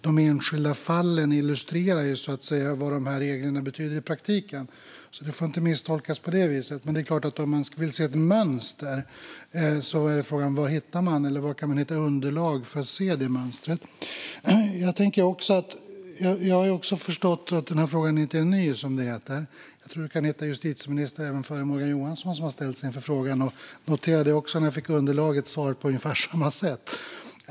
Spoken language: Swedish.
De enskilda fallen illustrerar ju vad dessa regler betyder i praktiken, så det får inte misstolkas på det viset. Men om man vill se ett mönster är frågan var man kan hitta underlag för att se det mönstret. Jag har också förstått att frågan inte är ny, som det heter. Jag tror att vi kan hitta justitieministrar även före Morgan Johansson som har ställts inför frågan och, noterade jag också när jag fick underlaget, svarat på ungefär samma sätt.